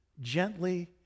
gently